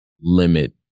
limit